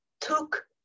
took